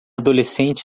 adolescente